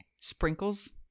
sprinkles